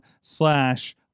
slash